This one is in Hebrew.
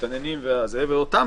להשאיר אותם